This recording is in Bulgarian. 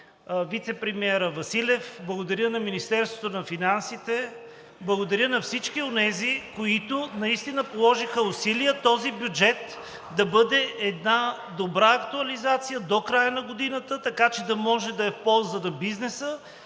вицепремиера Василев, благодаря на Министерството на финансите, благодаря на всички онези, които положиха усилия този бюджет да бъде една добра актуализация до края на годината, така че да може да е в полза на бизнеса,